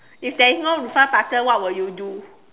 if there is no refund button what will you do